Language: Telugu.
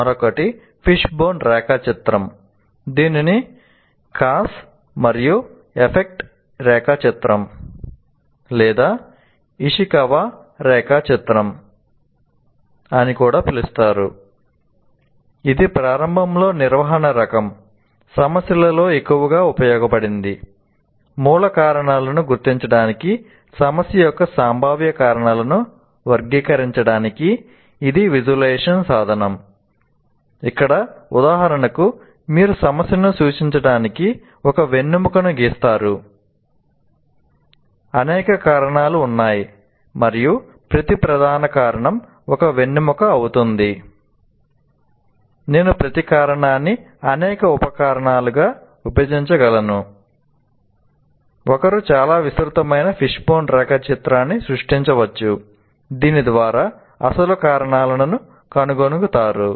మరొకటి ఫిష్బోన్ రేఖాచిత్రం ను కనుగొనగలుగుతారు